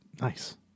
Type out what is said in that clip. Nice